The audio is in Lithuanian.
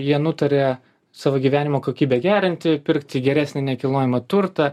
jie nutarė savo gyvenimo kokybę gerinti pirkti geresnį nekilnojamą turtą